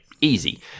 easy